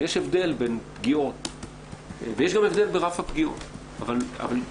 יש גם הבדל ברף הפגיעות אבל אישה,